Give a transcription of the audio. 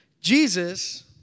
Jesus